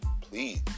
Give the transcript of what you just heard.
please